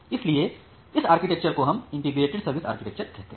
इसलिए इस आर्चीटेक्टर को हम इंटीग्रेटेड सर्विस आर्किटेक्चर कहते हैं